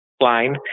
line